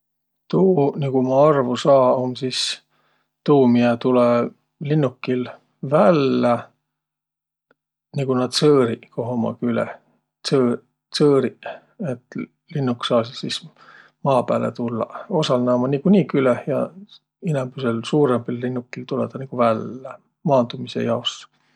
Tuu, nigu ma arvo saa, um sis tuu, miä tulõ linnukil vällä, niguq naaq tsõõriq, koh ummaq küleh. Tsõõ- tsõõriq, et linnuk saasiq sis maa pääle tullaq Osal naaq ummaq nigunii küleh ja inämbüsel suurõmbil linnukil tulõ tuu nigu vällä.